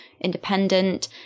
Independent